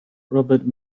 robert